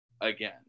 again